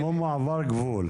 כמו מעבר גבול.